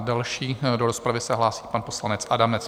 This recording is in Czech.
Další se do rozpravy hlásí pan poslanec Adamec.